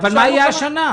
אבל מה יהיה השנה?